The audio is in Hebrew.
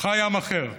חי עם אחר,